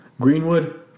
Greenwood